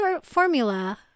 formula